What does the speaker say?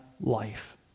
life